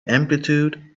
amplitude